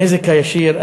הנזק הישיר,